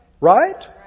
right